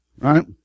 right